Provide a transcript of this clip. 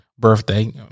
Birthday